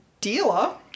dealer